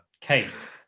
kate